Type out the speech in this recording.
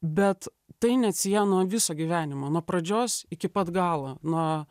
bet tai neatsieja nuo viso gyvenimo nuo pradžios iki pat galo nuo